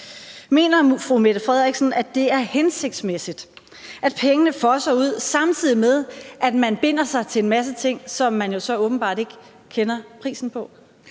Mener fru Mette Frederiksen, at det er hensigtsmæssigt, at pengene fosser ud, samtidig med at man binder sig til en masse ting, som man jo så åbenbart ikke kender prisen på?